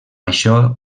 això